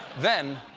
then,